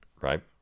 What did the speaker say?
right